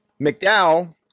McDowell